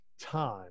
time